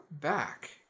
back